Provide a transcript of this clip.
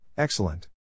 Excellent